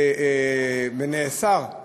ונאסר,